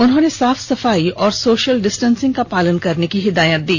उन्होंने साफ सफाई और सोशल डिस्टेंसिंग का पालन करने की हिदायत दी